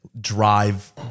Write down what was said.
drive